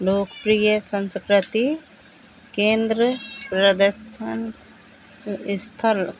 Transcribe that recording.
लोकप्रिय संस्कृति केन्द्र प्रदर्शन स्थल